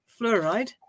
Fluoride